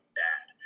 bad